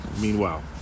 Meanwhile